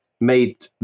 made